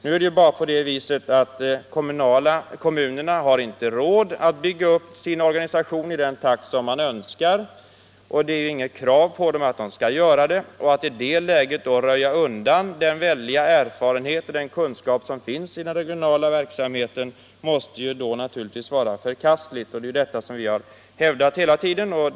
Nu förhåller det sig på det viset att kommunerna inte har råd att bygga upp sin organisation i den takt man önskar och det finns heller inget krav på dem att göra det. Att i det läget röja undan den väldiga erfarenhet och kunskap som finns inom den regionala konsumentpolitiska verksamheten måste vara förkastligt. Det är detta vi hävdat hela tiden.